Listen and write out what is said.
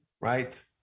right